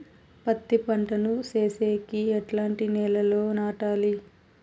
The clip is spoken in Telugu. పత్తి పంట ను సేసేకి ఎట్లాంటి నేలలో నాటాలి?